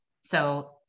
So-